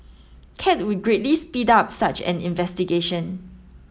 cat would greatly speed up such an investigation